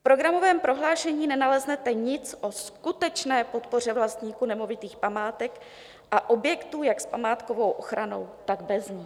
V programovém prohlášení nenaleznete nic o skutečné podpoře vlastníků nemovitých památek a objektů, jak s památkovou ochranou, tak bez ní.